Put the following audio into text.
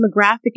demographic